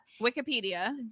Wikipedia